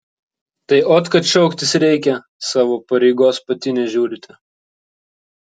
tai ot kad šauktis reikia savo pareigos pati nežiūrite